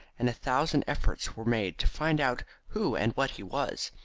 and a thousand efforts were made to find out who and what he was.